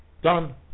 Done